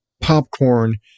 popcorn